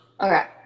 Okay